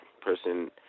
person